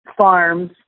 farms